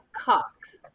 Cox